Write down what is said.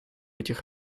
этих